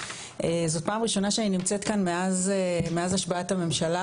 זו פעם ראשונה שאני נמצאת כאן מאז השבעת הממשלה,